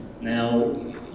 Now